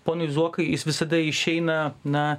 ponui zuokai jis visada išeina na